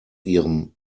ihrem